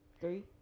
Three